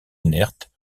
inerte